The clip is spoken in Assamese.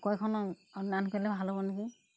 আকৌ এখন আৰু অনলাইন কৰিলে ভাল হ'ব নেকি